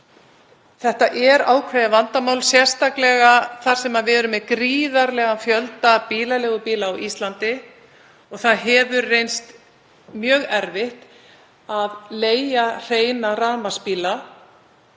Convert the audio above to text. Þetta er ákveðið vandamál, sérstaklega þar sem við erum með gríðarlegan fjölda bílaleigubíla á Íslandi og það hefur reynst mjög erfitt að leigja hreina rafmagnsbíla.